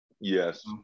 Yes